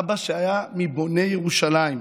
אבא שהיה מבוני ירושלים,